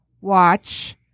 watch